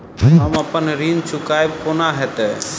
हम अप्पन ऋण चुकाइब कोना हैतय?